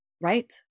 Right